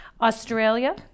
Australia